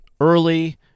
early